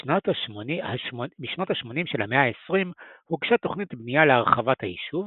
בשנות ה-80 של המאה ה-20 הוגשה תוכנית בנייה להרחבת היישוב,